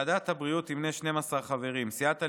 ועדת הבריאות תמנה 12 חברים: סיעת הליכוד,